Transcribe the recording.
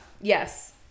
Yes